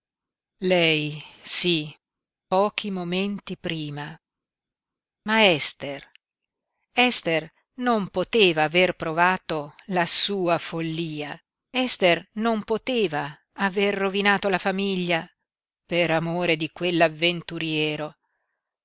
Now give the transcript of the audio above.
lei sí pochi momenti prima ma ester ester non poteva aver provato la sua follia ester non poteva aver rovinato la famiglia per amore di quell'avventuriero